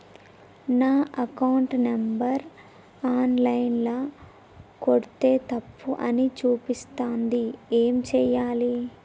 నా account number online ల కొడ్తే తప్పు అని చూపిస్తాంది ఏం చేయాలి?